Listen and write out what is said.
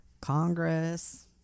Congress